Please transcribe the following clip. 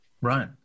Right